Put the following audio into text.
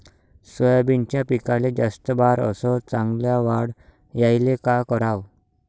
सोयाबीनच्या पिकाले जास्त बार अस चांगल्या वाढ यायले का कराव?